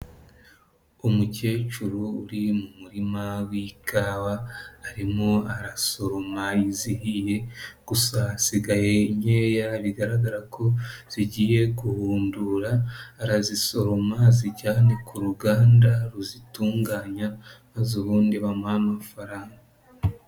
Umukecuru uri mu murima w'ikawa arimo arasoroma iziye gusa hasigaye nkeya bigaragara ko zigiye guhundura, arazisoroma azijyane ku ruganda ruzitunganya maze ubundi bamuhe amafaranga.